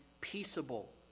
peaceable